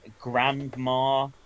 Grandma